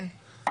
כן.